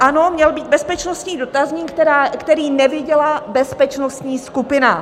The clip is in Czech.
Ano, měl být bezpečnostní dotazník, který neviděla bezpečnostní skupina.